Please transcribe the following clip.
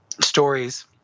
stories